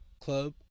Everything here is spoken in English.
club